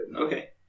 Okay